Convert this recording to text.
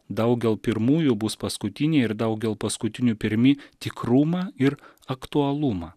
daugel pirmųjų bus paskutiniai ir daugel paskutinių pirmi tikrumą ir aktualumą